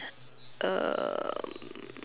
um